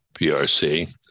PRC